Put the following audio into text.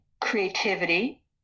creativity